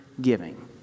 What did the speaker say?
giving